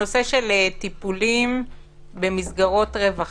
הנושא של טיפולים במסגרות רווחה.